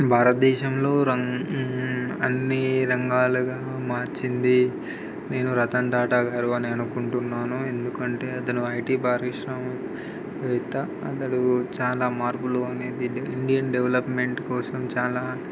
భారతదేశంలో రంగ్ అన్నీ రంగాలుగా మార్చింది నేను రతన్ టాటా గారు అని అనుకుంటున్నాను ఎందుకంటే అతను ఐటీ పారిశ్రామిక వేత్త అతడు చాలా మార్పులు ఇండియన్ డెవలప్మెంట్ కోసం చాలా